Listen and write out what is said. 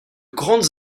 grandes